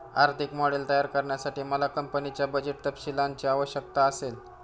आर्थिक मॉडेल तयार करण्यासाठी मला कंपनीच्या बजेट तपशीलांची आवश्यकता असेल